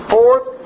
Fourth